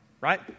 right